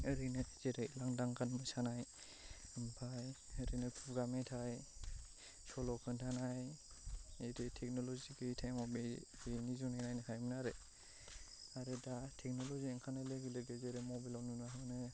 ओरैनो जेरै लांदां गान मोसानाय ओमफाय ओरैनो खुगा मेथाइ सल' खोनथानाय ओरै टेकनलजि गैयै टाइमाव बे बिनि जुनै नायनो हायोमोन आरो आरो दा टेकनलजि ओंखारनाय लोगो लोगो जेरै मबाइलाव नुनो मोनो